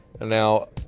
Now